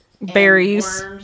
berries